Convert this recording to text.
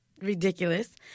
ridiculous